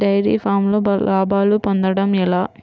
Dairy ఫామ్లో లాభాలు పొందడం ఎలా?